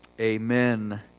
Amen